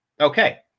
Okay